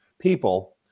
people